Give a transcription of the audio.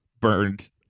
burned